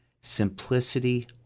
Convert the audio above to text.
Simplicity